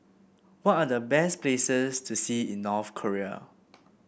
what are the best places to see in North Korea